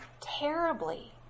terribly